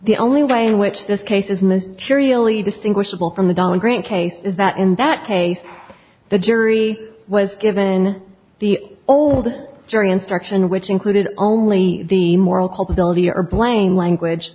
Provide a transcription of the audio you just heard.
the only way in which this case is materially distinguishable from the dollar grant case is that in that case the jury was given the old jury instruction which included only the moral culpability or blame language